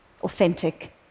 authentic